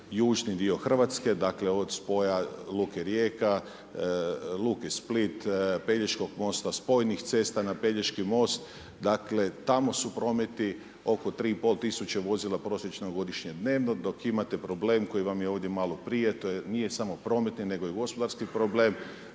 južni dio Hrvatske dakle od spoja luke Rijeka, luke Split, Pelješkog mosta, spojnih cesta na Pelješki most, dakle tamo su prometi oko 3,5 tisuće vozila prosječno godišnje dnevno dok imate problem koji vam je ovdje malo prije, to je, nije samo prometni nego i gospodarski problem